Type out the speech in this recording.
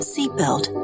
Seatbelt